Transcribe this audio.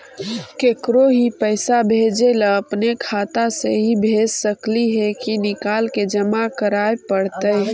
केकरो ही पैसा भेजे ल अपने खाता से ही भेज सकली हे की निकाल के जमा कराए पड़तइ?